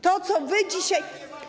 To, co wy dzisiaj.